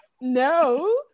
No